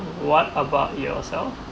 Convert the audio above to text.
what about yourself